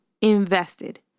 invested